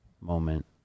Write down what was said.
moment